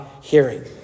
hearing